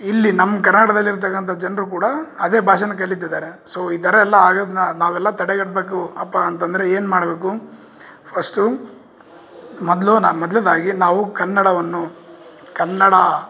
ಇಲ್ಲಿ ನಮ್ಮ ಕರ್ನಾಟದಲ್ಲಿ ಇರ್ತಕ್ಕಂಥ ಜನರು ಕೂಡ ಅದೇ ಭಾಷೆ ಕಲಿತಿದಾರೆ ಸೋ ಈ ಥರ ಎಲ್ಲ ಆಗೋದನ್ನ ನಾವೆಲ್ಲ ತಡೆಗಟ್ಬೇಕು ಅಪ್ಪ ಅಂತಂದರೆ ಏನು ಮಾಡಬೇಕು ಫಸ್ಟು ಮೊದಲು ನಾನು ಮೊದ್ಲನೇದಾಗಿ ನಾವು ಕನ್ನಡವನ್ನು ಕನ್ನಡ